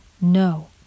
no